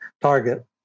target